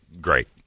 great